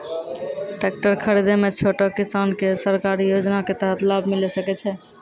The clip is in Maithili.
टेकटर खरीदै मे छोटो किसान के सरकारी योजना के तहत लाभ मिलै सकै छै?